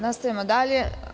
Nastavljamo dalje.